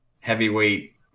heavyweight